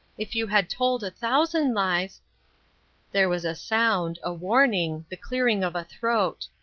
if you had told a thousand lies there was a sound a warning the clearing of a throat.